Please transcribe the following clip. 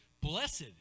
Blessed